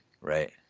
Right